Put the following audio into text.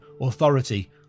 authority